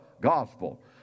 gospel